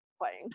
playing